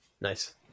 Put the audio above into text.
Nice